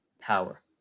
power